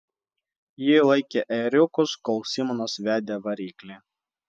ji laikė ėriukus kol simonas vedė variklį